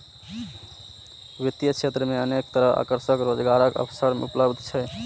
वित्तीय क्षेत्र मे अनेक तरहक आकर्षक रोजगारक अवसर उपलब्ध छै